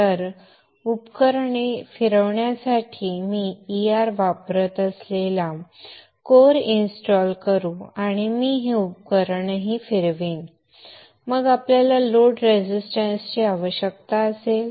तर उपकरणे फिरवण्यासाठी आपण ER वापरत असलेला कोर इन्स्टॉल करू आणि मी हे उपकरणही फिरवीन मग आपल्याला लोड रेझिस्टन्सची आवश्यकता असेल